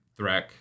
Threk